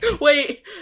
wait